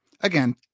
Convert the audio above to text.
again